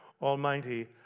Almighty